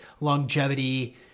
longevity